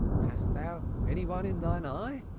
hast thou any one in thine eye?